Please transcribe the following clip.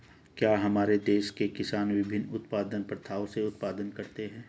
क्या हमारे देश के किसान विभिन्न उत्पादन प्रथाओ से उत्पादन करते हैं?